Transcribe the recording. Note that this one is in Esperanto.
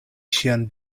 ŝian